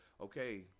okay